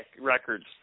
records